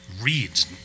reads